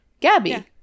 Gabby